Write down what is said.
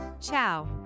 Ciao